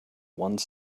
one